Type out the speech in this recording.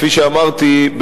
כפי שאמרתי,